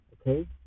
okay